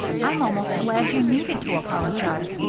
i'm almost glad you needed to apologize.